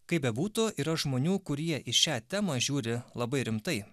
kaip bebūtų yra žmonių kurie į šią temą žiūri labai rimtai